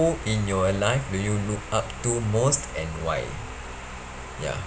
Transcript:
in your life do you look up to most and why ya